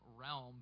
realm